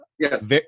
Yes